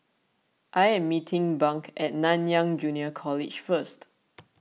I am meeting Bunk at Nanyang Junior College First